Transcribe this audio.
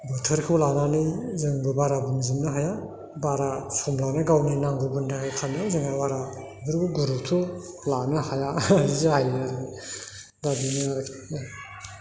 बोथोरखौ लानानै जोंबो बारा बुंजोबनो हाया बारा सम लानानै गावनि नांगौफोरनि थाखाय खारनायाव जोंहा बारा बेफोरखौ गुरुथ्थ' लानो हाया जायो आरो दा बेनो आरो